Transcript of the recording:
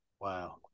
Wow